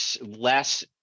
less